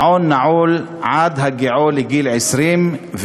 מעון נעול עד הגיעו לגיל 20,